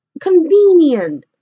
convenient